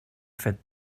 fet